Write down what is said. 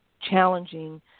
challenging